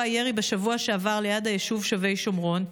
הירי בשבוע שעבר ליד היישוב שבי שומרון,